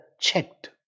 checked